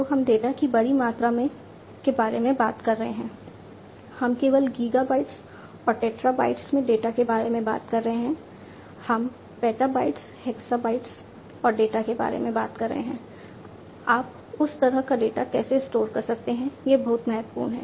तो हम डेटा की बड़ी मात्रा के बारे में बात कर रहे हैं हम केवल गीगाबाइट्स और टेराबाइट्स में डेटा के बारे में बात कर रहे हैं हम पेटाबाइट्स हेक्सबाइट्स और डेटा के बारे में बात कर रहे हैं आप उस तरह का डेटा कैसे स्टोर करते हैं यह बहुत महत्वपूर्ण है